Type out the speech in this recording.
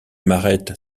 m’arrête